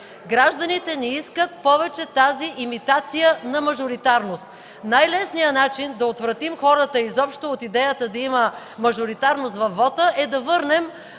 Гражданите не искат повече тази имитация на мажоритарност. Най-лесният начин да отвратим хората изобщо от идеята да има мажоритарност във вота е да върнем